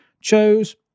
chose